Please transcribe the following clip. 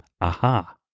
Aha